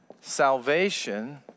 salvation